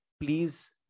please